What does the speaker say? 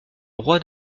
roi